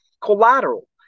collateral